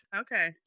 okay